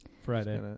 Friday